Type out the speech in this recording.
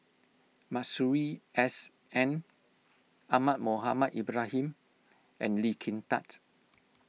Masuri S N Ahmad Mohamed Ibrahim and Lee Kin Tat